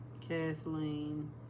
Kathleen